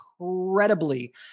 incredibly